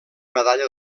medalla